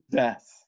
death